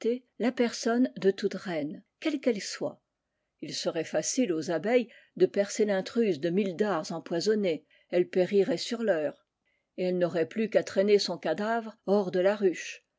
la personne de toute reine quelle qu'elle soit serait facile aux abeilles de percer l'intruse de mille dards empoisonnés elle périrait sur l'heure et elles n'auraient plus qu'à traîner son cadavre hors de la ruche